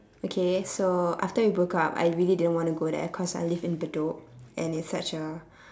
okay so after we broke up I really didn't want to go there cause I live in bedok and it's such a